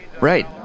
Right